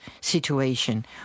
situation